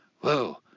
whoa